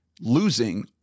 losing